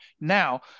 Now